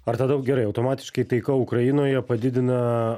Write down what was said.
ar tada jau gerai automatiškai taika ukrainoje padidina